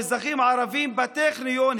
האזרחים הערבים בטכניון,